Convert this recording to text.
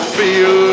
feel